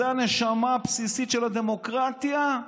זו הנשמה הבסיסית של הדמוקרטיה.